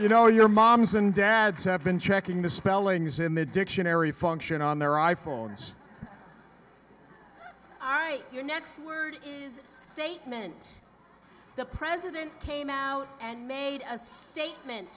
you know your moms and dads have been checking the spellings in the dictionary function on their i phones ari your next word is statement the president came out and made a statement